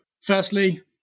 firstly